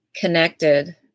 connected